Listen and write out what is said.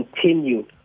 continue